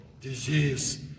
disease